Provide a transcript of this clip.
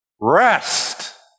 rest